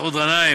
מסעוד גנאים.